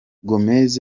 gomez